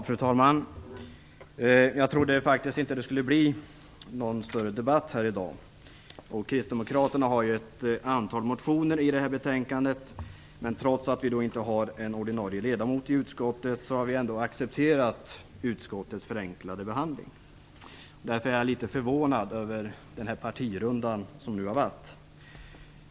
Fru talman! Jag trodde faktiskt inte att det skulle bli någon större debatt här i dag. Kristdemokraterna har ett antal motioner i det här betänkandet. Trots att vi inte har en ordinarie ledamot i utskottet har vi ändå accepterat utskottets förenklade behandling. Därför är jag lite förvånad över den partirunda som har varit.